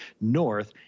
north